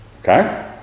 okay